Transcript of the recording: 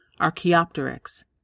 Archaeopteryx